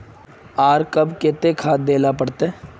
आर कब केते खाद दे ला पड़तऐ?